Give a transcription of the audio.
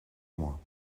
moi